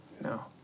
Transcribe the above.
No